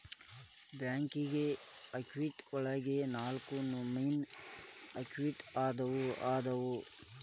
banking activity ಒಳಗ ನಾಲ್ಕ ನಮೋನಿ ಆಕ್ಟಿವಿಟಿ ಅದಾವು ಅದಾವು